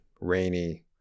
rainy